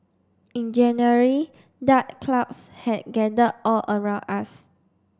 in January dark clouds had gathered all around us